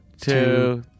two